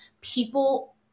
people